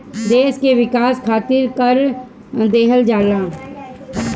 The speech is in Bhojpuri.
देस के विकास खारित कर लेहल जाला